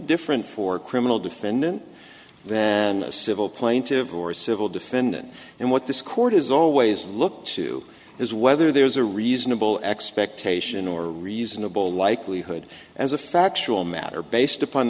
different for criminal defendant then a civil plaintive or civil defendant and what this court has always looked to is whether there's a reasonable expectation or reasonable likelihood as a factual matter based upon